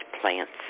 plants